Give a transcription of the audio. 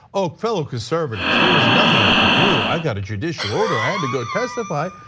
ah fellow conservatives, there was nothing i could do. i've got a judicial order, i had to go testify,